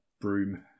broom